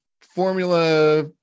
formula